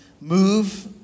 move